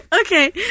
okay